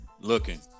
looking